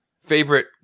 favorite